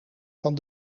van